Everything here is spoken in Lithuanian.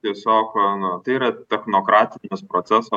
tiesiog na tai yra technokratinis proceso